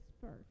first